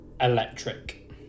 Electric